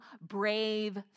brave